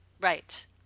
Right